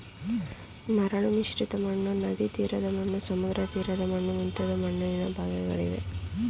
ಮರಳು ಮಿಶ್ರಿತ ಮಣ್ಣು, ನದಿತೀರದ ಮಣ್ಣು, ಸಮುದ್ರತೀರದ ಮಣ್ಣು ಮುಂತಾದ ಮಣ್ಣಿನ ಬಗೆಗಳಿವೆ